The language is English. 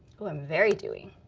oh, i'm very dewy.